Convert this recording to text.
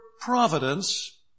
providence